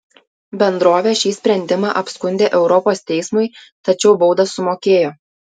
bendrovė šį sprendimą apskundė europos teismui tačiau baudą sumokėjo